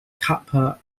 kappa